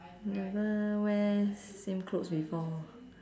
never wear same clothes before